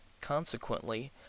consequently